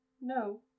No